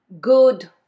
good